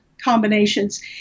combinations